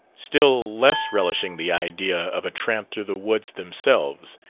still less relishing the idea of a tramp through the woods themselves,